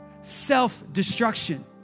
self-destruction